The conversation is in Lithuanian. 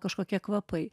kažkokie kvapai